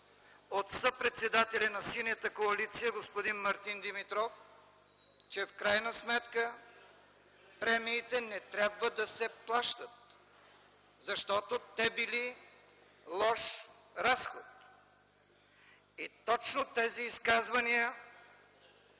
от съпредседателя на Синята коалиция господин Мартин Димитров, че в крайна сметка премиите не трябва да се плащат, защото те били лош разход. И точно тези изказвания